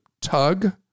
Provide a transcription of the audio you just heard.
Tug